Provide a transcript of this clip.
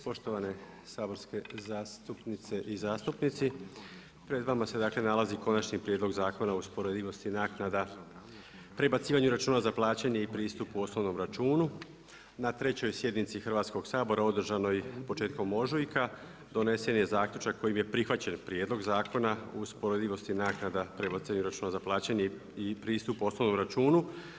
Poštovane saborske zastupnice i zastupnici, pred vama se dakle nalazi Konačni prijedlog Zakona o usporedivosti naknada prebacivanju računa za plaćanje i pristupu osnovnom računu, na trećoj sjednici Hrvatskog sabora održanoj početkom ožujka, donesen je zaključak kojim je prihvaćen prijedlog Zakona o usporedivosti naknada prebacivanju računa za plaćanje i pristupu osnovnom računu.